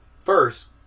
first